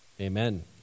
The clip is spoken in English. Amen